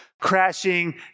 crashing